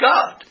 God